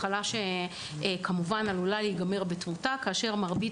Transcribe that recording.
מחלה שעלולה להיגמר בתמותה כאשר מרבית